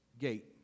gate